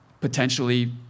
potentially